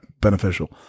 beneficial